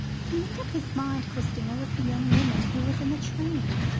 he made up his mind christina was the young woman who was in the train,